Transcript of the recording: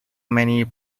many